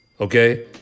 Okay